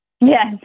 Yes